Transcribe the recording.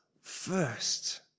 first